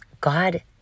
God